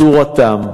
צורתם,